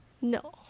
No